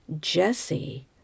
Jesse